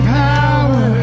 power